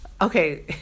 Okay